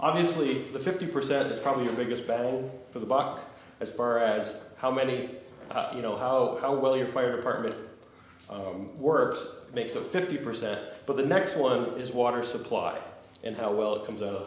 obviously the fifty percent is probably the biggest battle for the buck as far as how many you know how how well your fire department works makes up fifty percent but the next one is water supply and how well it comes out of